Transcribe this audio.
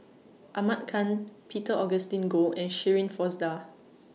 Ahmad Khan Peter Augustine Goh and Shirin Fozdar